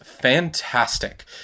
fantastic